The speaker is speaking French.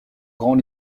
grand